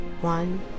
one